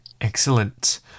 Excellent